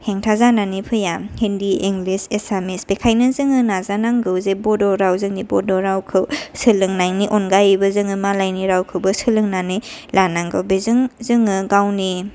हेंथा जानानै फैया हिन्दि इंलिस एसामिस बेखायनो जोङो नाजानांगौ जे बड' राव जोंनि बड' रावखौ सोलोंनायनि अनगायैबो जोङो मालायनि रावखौबो सोलोंनानै लानांगौ बेजों जोङो गावनि